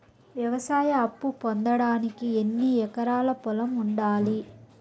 వ్యవసాయ అప్పు పొందడానికి ఎన్ని ఎకరాల పొలం ఉండాలి?